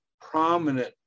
prominent